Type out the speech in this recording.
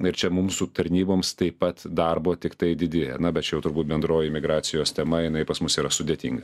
ir čia mum su tarnyboms taip pat darbo tiktai didėja na bet čia jau turbūt bendroji migracijos tema jinai pas mus yra sudėtinga